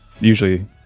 usually